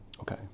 Okay